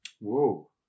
whoa